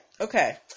Okay